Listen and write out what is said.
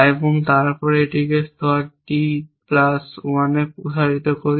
এবং তারপর এটিকে স্তর T প্লাস ওয়ানে প্রসারিত করি